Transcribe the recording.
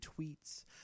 tweets